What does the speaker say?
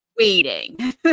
waiting